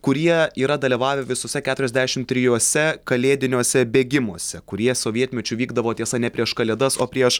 kurie yra dalyvavę visuose keturiasdešim trijuose kalėdiniuose bėgimuose kurie sovietmečiu vykdavo tiesa ne prieš kalėdas o prieš